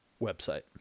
website